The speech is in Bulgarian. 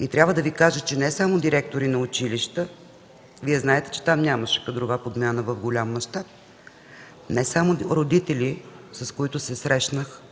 Искам да кажа какво чух не само от директори на училища, Вие знаете, че там нямаше кадрова подмяна в голям мащаб, но и от родители, с които се срещах.